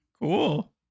Cool